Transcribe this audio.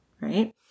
right